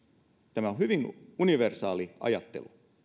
on hyvin universaalia ajattelua